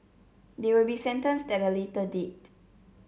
they will be sentenced at a later date